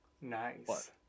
Nice